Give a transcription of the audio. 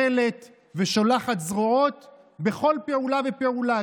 שמחלחלים ושולחים זרועות בכל פעולה ופעולה,